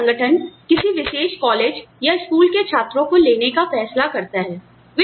यदि कोई संगठन किसी विशेष कॉलेज या स्कूल से छात्रों को लेने का फैसला करता है